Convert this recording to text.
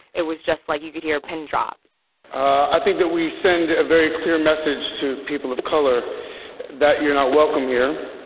it was just like you could hear a pin drop i think that we send a very clear message to people of color that you're not welcomed here.